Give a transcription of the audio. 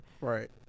Right